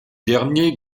dernier